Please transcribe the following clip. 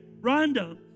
Rhonda